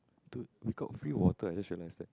dude we got free water I just realise that